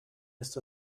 ist